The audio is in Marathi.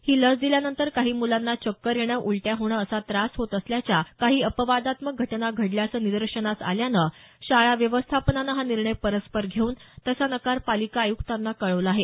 ही लस दिल्यानंतर काही मुलांना चक्कर येणं उलट्या होणं असा त्रास होत असल्याच्या काही अपवादात्मक घटना घडल्याचं निदर्शनास आल्यानं शाळा व्यवस्थापनानं हा निर्णय परस्पर घेऊन तसा नकार पालिका आयुक्तांना कळवला आहे